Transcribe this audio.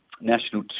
national